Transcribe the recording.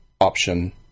option